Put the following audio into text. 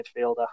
midfielder